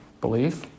Belief